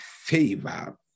favor